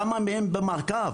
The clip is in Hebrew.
כמה מהם במעקב?